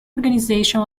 organization